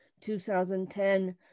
2010